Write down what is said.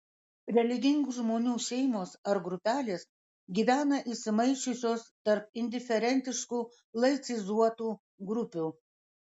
religingų žmonių šeimos ar grupelės gyvena įsimaišiusios tarp indiferentiškų laicizuotų grupių